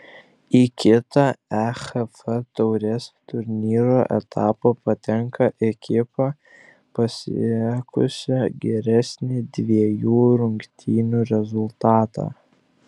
į kitą ehf taurės turnyro etapą patenka ekipa pasiekusi geresnį dviejų rungtynių rezultatą